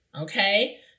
Okay